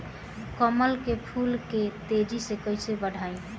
कमल के फूल के तेजी से कइसे बढ़ाई?